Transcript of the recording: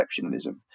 exceptionalism